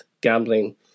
gambling